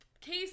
Case